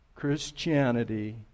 Christianity